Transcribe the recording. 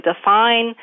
define